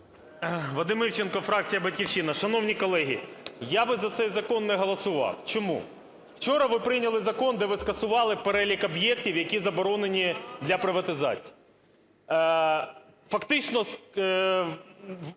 Вадим Івченко, фракція "Батьківщина". Шановні колеги, я би за цей закон не голосував. Чому? Вчора ви прийняли закон, де ви скасували перелік об'єктів, які заборонені для приватизації. Фактично